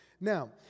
Now